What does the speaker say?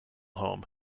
home